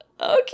Okay